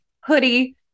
hoodie